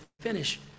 finish